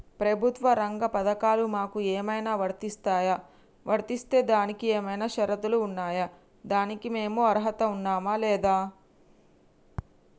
ప్రభుత్వ రంగ పథకాలు మాకు ఏమైనా వర్తిస్తాయా? వర్తిస్తే దానికి ఏమైనా షరతులు ఉన్నాయా? దానికి మేము అర్హత ఉన్నామా లేదా?